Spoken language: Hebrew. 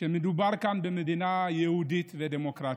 שמדובר כאן במדינה יהודית ודמוקרטית.